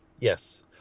Yes